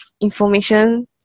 information